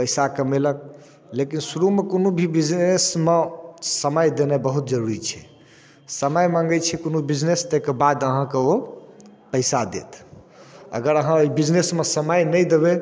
पैसा कमेलक लेकिन शुरूमे कोनो भी बिजनेसमे समय देनाइ बहुत जरूरी छै समय मङ्गै छै कोनो बिजनेस तैके बाद अहाँके ओ पैसा देत अगर अहाँ ओइ बिजनेसमे समय नहि देबै